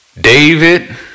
David